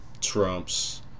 Trump's